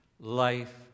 life